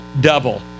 double